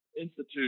institute